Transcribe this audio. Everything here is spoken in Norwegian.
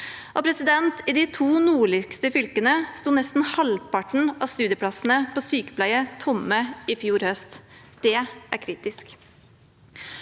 utdanningene. I de to nordligste fylkene sto nesten halvparten av studieplassene på sykepleie tomme i fjor høst. Det er kritisk.